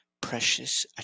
Precious